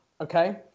Okay